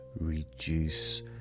reduce